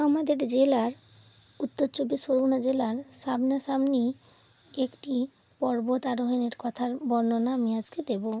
আমাদের জেলার উত্তর চব্বিশ পরগনা জেলার সামনা সামনি একটি পর্বত আরোহণের কথার বর্ণনা আমি আজকে দেবো